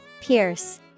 Pierce